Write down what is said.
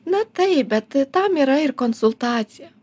na taip bet tam yra ir konsultacija